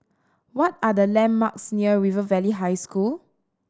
what are the landmarks near River Valley High School